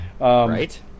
Right